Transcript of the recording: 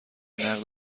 نقد